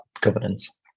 governance